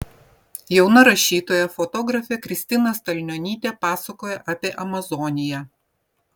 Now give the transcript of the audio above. jauna rašytoja fotografė kristina stalnionytė pasakoja apie amazoniją